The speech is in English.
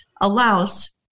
allows